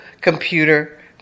computer